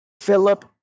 Philip